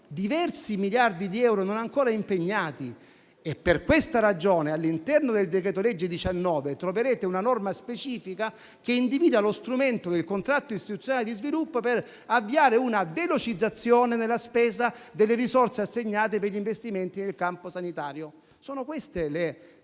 diversi miliardi di euro non ancora impegnati. Per questa ragione, all'interno del decreto-legge n. 19 del 2024 troverete una norma specifica che individua lo strumento del contratto istituzionale di sviluppo per avviare una velocizzazione nella spesa delle risorse assegnate per gli investimenti nel campo sanitario. Sono queste le